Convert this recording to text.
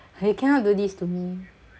you cannot do this to me